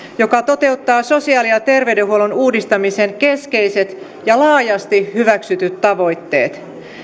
joka toteuttaa sosiaali ja terveydenhuollon uudistamisen keskeiset ja laajasti hyväksytyt tavoitteet